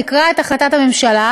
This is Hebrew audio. תקרא את החלטת הממשלה,